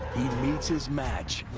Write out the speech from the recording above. meets his match.